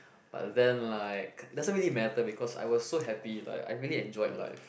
but then like doesn't really matter because I was so happy like I really enjoy life